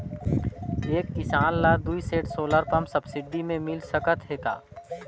एक किसान ल दुई सेट सोलर पम्प सब्सिडी मे मिल सकत हे का?